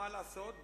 מה לעשות,